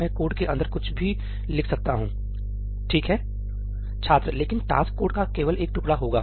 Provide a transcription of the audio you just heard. मैं कोड के अंदर कुछ भी लिख सकता हूं ठीक है छात्र लेकिन टास्क कोड का केवल एक टुकड़ा होगा